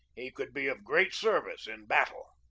he could be of great service in battle.